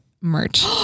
merch